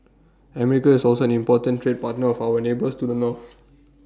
America is also an important trade partner of our neighbours to the north